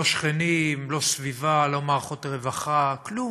לא שכנים, לא סביבה, לא מערכות רווחה, כלום?